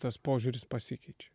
tas požiūris pasikeičia